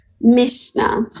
Mishnah